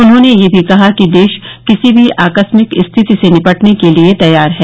उन्होंने यह भी कहा कि देश किसी भी आकस्मिक स्थिति से निपटने के लिए तैयार है